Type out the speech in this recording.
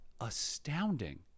astounding